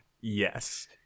Yes